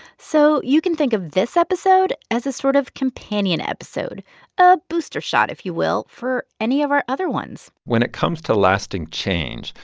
so you can think of this episode as a sort of companion episode a booster shot, if you will, for any of our other ones when it comes to lasting change,